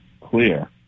clear